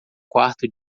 quarto